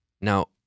Now